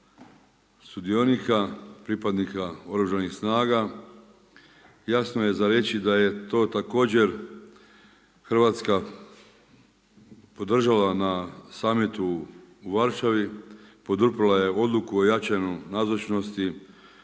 reći da je to također Hrvatska podržala na samitu u Varšavi, poduprla je odluku o jačanju nazočnosti